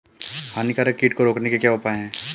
हानिकारक कीट को रोकने के क्या उपाय हैं?